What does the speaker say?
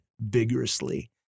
vigorously